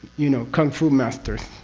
you know? kung fu masters.